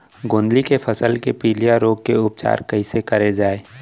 गोंदली के फसल के पिलिया रोग के उपचार कइसे करे जाये?